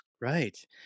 Right